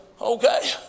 okay